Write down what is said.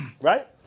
Right